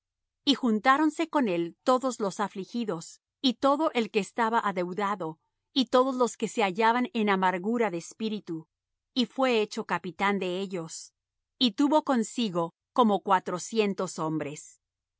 y juntáronse con él todos los afligidos y todo el que estaba adeudado y todos los que se hallaban en amargura de espíritu y fué hecho capitán de ellos y tuvo consigo como cuatrocientos hombres